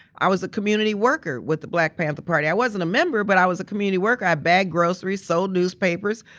i was a community worker with the black panther party. i wasn't a member, but i was a community worker. i bagged groceries, sold newspapers,